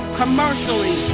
commercially